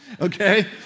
okay